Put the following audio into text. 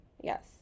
Yes